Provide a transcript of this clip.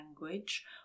language